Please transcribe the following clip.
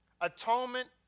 Atonement